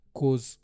cause